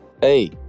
hey